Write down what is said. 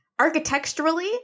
Architecturally